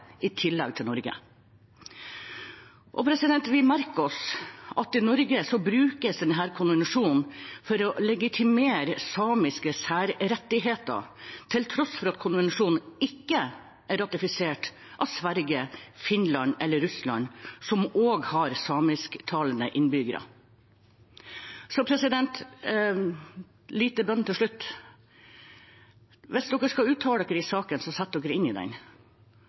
i tillegg til Norge. Vi merker oss at i Norge brukes denne konvensjonen for å legitimere samiske særrettigheter, til tross for at konvensjonen ikke er ratifisert av Sverige, Finland eller Russland, som også har samisktalende innbyggere. En liten bønn til slutt: Hvis man skal uttale seg i saken, så sett seg inn i den.